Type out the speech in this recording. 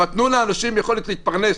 אבל תנו לאנשים יכולת להתפרנס,